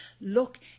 look